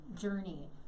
journey